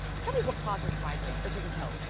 tell me what causes migraines or do we know?